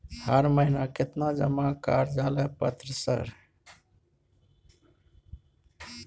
हर महीना केतना जमा कार्यालय पत्र सर?